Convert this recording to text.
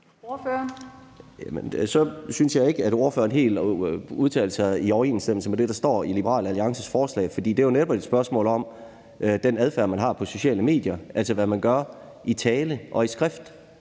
Så synes jeg ikke, at ordføreren helt udtaler sig i overensstemmelse med det, der står i Liberal Alliances forslag, for det er jo netop et spørgsmål om den adfærd, man har på sociale medier, altså hvad man gør i tale og i skrift,